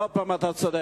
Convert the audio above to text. ועוד פעם אתה צודק,